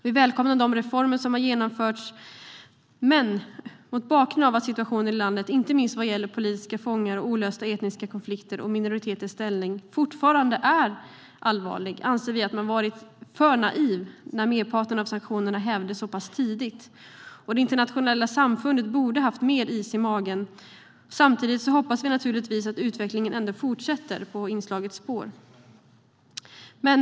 Vi välkomnar de reformer som har genomförts, men mot bakgrund av att situationen i landet, inte minst vad gäller politiska fångar, olösta etniska konflikter och minoriteters ställning, fortfarande är allvarlig anser vi att man varit för naiv när merparten av sanktionerna hävdes så pass tidigt. Det internationella samfundet borde ha haft mer is i magen. Samtidigt hoppas vi naturligtvis att utvecklingen ändå fortsätter på det inslagna spåret.